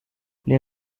les